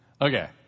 Okay